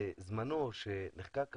בזמנו, עת נחקק החוק,